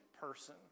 person